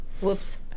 Whoops